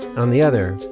on the other,